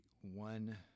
one